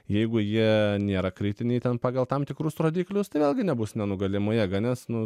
jeigu jie nėra kritiniai ten pagal tam tikrus rodiklius tai vėlgi nebus nenugalima jėga nes nu